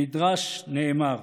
במדרש נאמר: